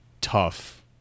tough